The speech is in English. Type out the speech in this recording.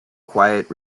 quiet